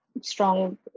strong